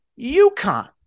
UConn